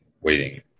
waiting